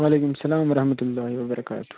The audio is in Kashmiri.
وعلیکُم اسلام وَرحمُتُ اللّہِ وَبَر کاتُہٗ